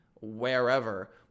wherever